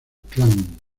clan